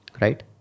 right